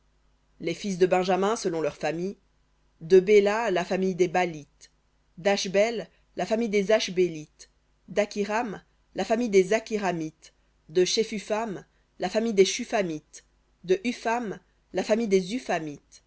les fils de benjamin selon leurs familles de béla la famille des balites d'ashbel la famille des ashbélites d'akhiram la famille des akhiramites de shephupham la famille des shuphamites de hupham la famille des